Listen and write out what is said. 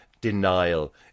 Denial